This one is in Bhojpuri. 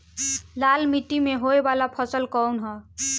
लाल मीट्टी में होए वाला फसल कउन ह?